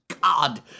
God